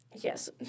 Yes